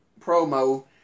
promo